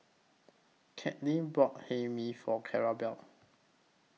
Caitlyn brought Hae Mee For Clarabelle